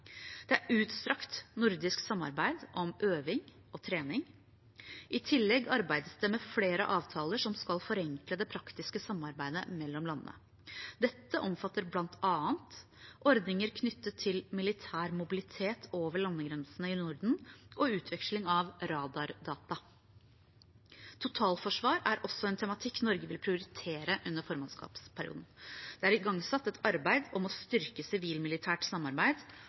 Det er utstrakt nordisk samarbeid om øving og trening. I tillegg arbeides det med flere avtaler som skal forenkle det praktiske samarbeidet mellom landene. Dette omfatter bl.a. ordninger knyttet til militær mobilitet over landegrensene i Norden og utveksling av radardata. Totalforsvar er også en tematikk Norge vil prioritere under formannskapsperioden. Det er igangsatt et arbeid om å styrke sivilt-militært samarbeid